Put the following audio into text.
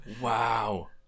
wow